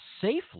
safely